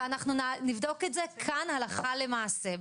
ונבדוק את זה כאן הלכה למעשה.